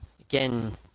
again